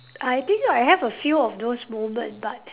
I think I have a few of those moment but